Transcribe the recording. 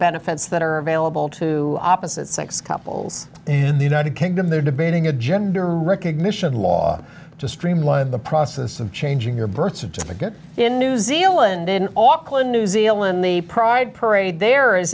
benefits that are available to opposite sex couples in the united kingdom they're debating a gender recognition law to streamline the process of changing your birth certificate in new zealand in auckland new zealand the pride parade there is